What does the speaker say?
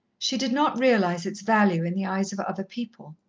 she did not realize its value in the eyes of other people.